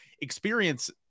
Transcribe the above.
experience